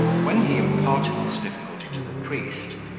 when he imparted this difficulty to the priest,